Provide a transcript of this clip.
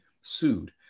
sued